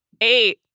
Eight